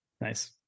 Nice